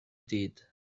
did